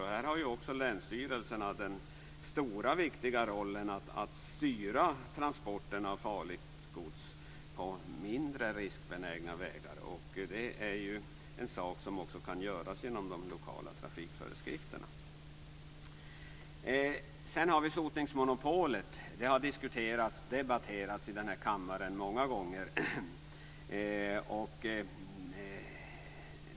Här har länsstyrelserna den stora och viktiga rollen att styra transporterna av farligt gods till vägar med mindre risker. Det är en sak som också kan göras genom de lokala trafikföreskrifterna. Sedan har vi sotningsmonopolet. Det har diskuterats och debatterats i denna kammare många gånger.